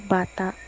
bata